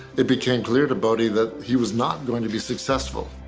it became clear to boddy that he was not going to be successful.